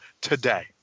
today